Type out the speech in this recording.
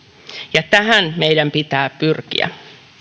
ja tähän meidän pitää pyrkiä